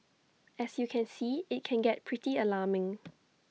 as you can see IT can get pretty alarming